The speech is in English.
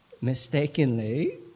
mistakenly